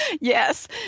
Yes